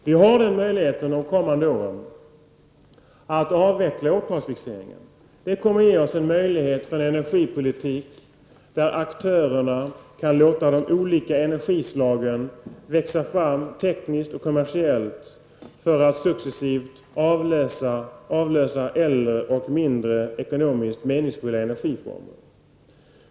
Vi har de kommande åren möjlighet att avveckla årtalsfixeringen, och det kommer att ge oss en möjlighet att bedriva en energipolitik där aktörerna kan låta de olika energislagen växa fram tekniskt och kommersiellt för att successivt avlösa äldre och ekonomiskt mindre meningsfulla energiformer.